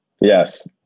Yes